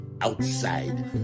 outside